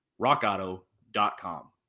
RockAuto.com